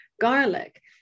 garlic